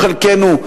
או חלקנו,